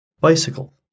Bicycle